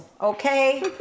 Okay